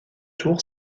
tour